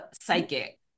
psychic